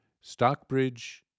Stockbridge